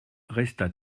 resta